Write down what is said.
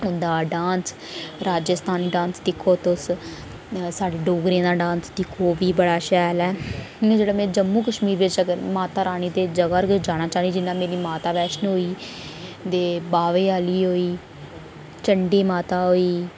उं'दा dance Rajasthani dance दिक्खो तुस साढ़े डोगरें दा डांस दिक्खो भी बड़ा शैल ऐ ते जेह्ड़ा में जम्मू कशमीर बिच माता रानी दे दरबार बी जाना चाह्न्नीं जिन्नी मेरी माता वैष्णो ते बाह्वे आह्ली होई चंडी माता होई